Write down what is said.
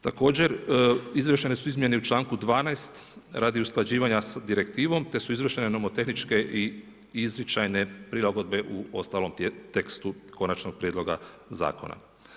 Također, izvršene su izmjene u čl. 12. radi usklađivanja s Direktivom, te su izvršene nomotehničke i izričajne prilagodbe u ostalom tekstu Konačnog prijedloga zakona.